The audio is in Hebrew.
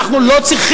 נא לסיים,